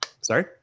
Sorry